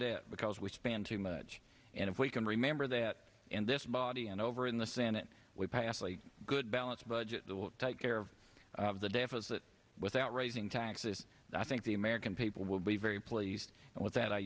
debt because we spend too much and if we can remember that in this body and over in the senate we pass a good balanced budget that will take care of the deficit without raising taxes and i think the american people will be very pleased with that i